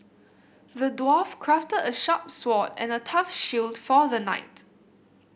the dwarf crafted a sharp sword and a tough shield for the knight